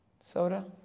soda